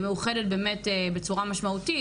מאוחדת באמת בצורה משמעותית,